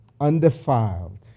undefiled